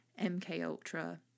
MKUltra